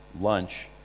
lunch